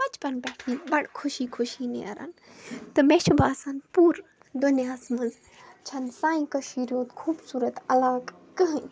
بچپن پٮ۪ٹھ بَڑٕ خوشی خوشی نیران تہٕ مےٚ چھِ باسان پورٕ دُنیاہس منٛز چھَنہٕ سانہِ کٔشیٖر اوت خوٗبصوٗرت عَلاقہٕ کٕہیٖنۍ